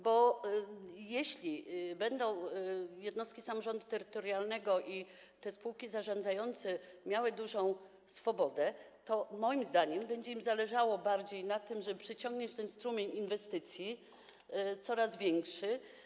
Bo jeśli jednostki samorządu terytorialnego i te spółki zarządzające będą miały dużą swobodę, to moim zdaniem będzie im bardziej zależało na tym, żeby przyciągnąć ten strumień inwestycji, coraz większy.